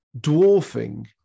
dwarfing